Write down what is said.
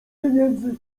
pieniędzy